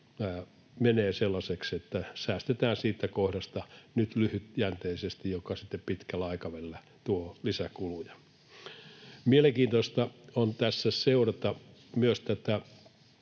menee sellaiseksi, että säästetään siitä kohdasta nyt lyhytjänteisesti, joka sitten pitkällä aikavälillä tuo lisäkuluja. Mielenkiintoista on tässä seurata myös tätä